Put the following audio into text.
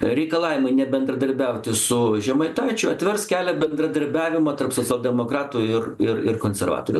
reikalavimui nebendradarbiauti su žemaitaičiu atvers kelią bendradarbiavimo tarp socialdemokratų ir ir ir konservatorių